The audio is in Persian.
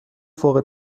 فوق